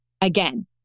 Again